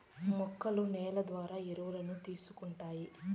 మొక్కలు నేల ద్వారా ఎరువులను తీసుకుంటాయి